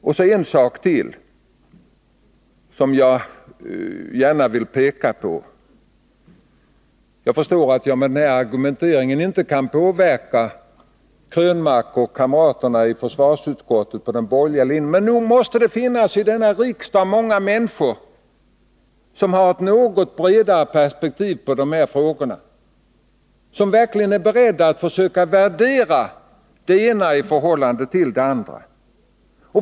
Och så en sak till, som jag gärna vill peka på. Jag förstår att jag med den här argumenteringen inte kan påverka Eric Krönmark och kamraterna i försvarsutskottet på den borgerliga linjen, men nog måste det finnas här i riksdagen många människor som har ett något bredare perspektiv på dessa frågor och som verkligen är beredda att försöka värdera det ena i förhållande till det andra.